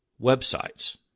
websites